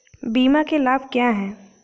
बीमा के लाभ क्या हैं?